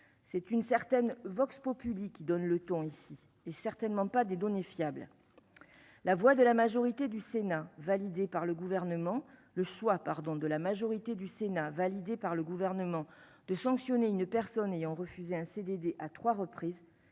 c'est une certaine Vox populi qui donne le ton : ici, et certainement pas des données fiables, la voix de la majorité du Sénat, validé par le gouvernement, le choix, pardon, de la majorité du Sénat, validé par le gouvernement de sanctionner une personne ayant refusé un CDD à 3 reprises,